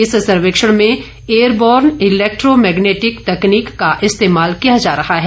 इस सर्वेक्षण में एयरबॉर्न इलैक्ट्रो मैग्नेटिक तकनीक का इस्तेमाल किया जा रहा है